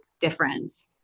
difference